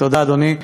תודה, אדוני.